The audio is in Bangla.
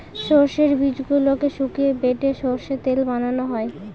সর্ষের বীজগুলোকে শুকিয়ে বেটে সর্ষের তেল বানানো হয়